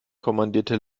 kommandierte